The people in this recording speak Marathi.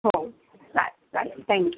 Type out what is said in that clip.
हो चालेल चालेल थँक्यू